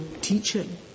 teaching